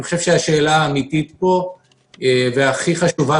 אני חושב שהשאלה האמיתית פה והכי חשובה